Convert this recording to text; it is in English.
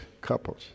couples